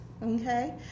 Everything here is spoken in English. Okay